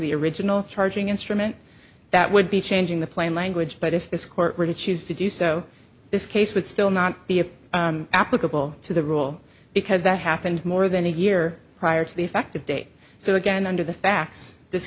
the original charging instrument that would be changing the plain language but if this court were to choose to do so this case would still not be a applicable to the rule because that happened more than a year prior to the effective date so again under the facts this